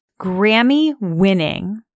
Grammy-winning